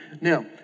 Now